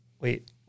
Wait